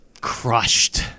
crushed